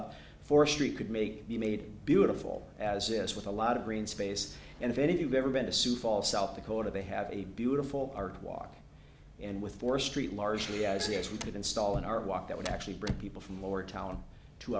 up for street could make you made beautiful as this with a lot of green space and if anything ever been to sioux falls south dakota they have a beautiful art walk and with four street largely i c s we could install an art walk that would actually bring people from lower town to